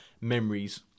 memories